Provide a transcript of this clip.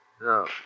No